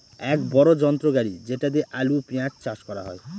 এক বড়ো যন্ত্র গাড়ি যেটা দিয়ে আলু, পেঁয়াজ চাষ করা হয়